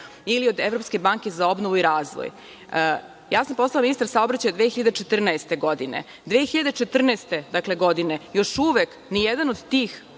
ili od Evropske banke za obnovu i razvoj. Ja sam postala ministar saobraćaja 2014. godine. Te, 2014. godine, još uvek, nijedan od tih